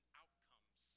outcomes